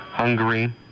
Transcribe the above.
Hungary